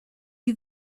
you